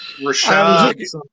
Rashad